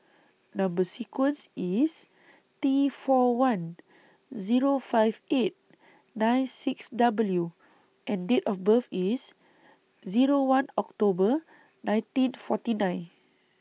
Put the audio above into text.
Number sequence IS T four one Zero five eight nine six W and Date of birth IS Zero one October nineteen forty nine